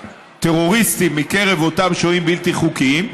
טרוריסטים מקרב אותם שוהים בלתי חוקיים,